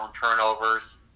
turnovers